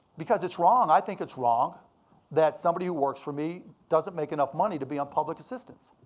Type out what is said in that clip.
because it's wrong. i think it's wrong that somebody who works for me doesn't make enough money to be on public assistance.